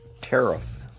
Tariff